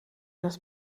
das